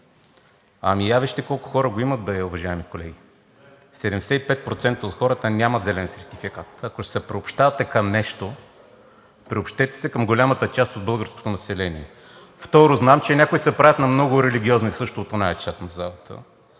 Ами я вижте колко хора го имат бе, уважаеми колеги. Седемдесет и пет процента от хората нямат зелен сертификат и ако ще се приобщавате към нещо, приобщете се към голямата част от българското население. Второ, знам че някои се правят на много религиозни – също от онази част на залата,